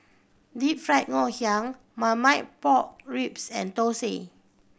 Deep Fried Ngoh Hiang Marmite Pork Ribs and thosai